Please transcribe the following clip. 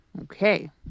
Okay